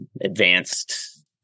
advanced